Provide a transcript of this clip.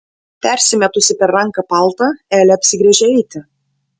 persimetusi per ranką paltą elė apsigręžia eiti